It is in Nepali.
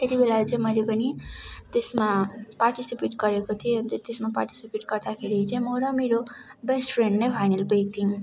त्यतिबेला चाहिँ मैले पनि त्यसमा पार्टिसिपेट गरेको थिएँ अन्त त्यसमा पार्टिसिपेट गर्दाखेरि चाहिँ म र मेरो बेस्ट फ्रेन्ड नै फाइनल पुगेको थियौँ